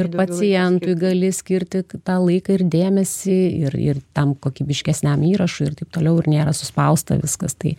ir pacientui gali skirti tą laiką ir dėmesį ir ir tam kokybiškesniam įrašui ir taip toliau ir nėra suspausta viskas tai